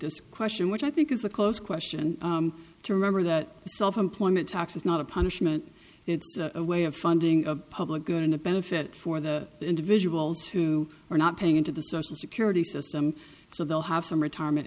this question which i think is a close question to remember that self employment tax is not a punishment it's a way of funding a public good and a benefit for the individuals who are not paying into the social security system so they'll have some retirement